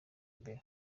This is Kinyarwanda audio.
imbere